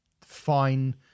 fine